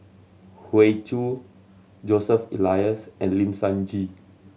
Hoey Choo Joseph Elias and Lim Sun Gee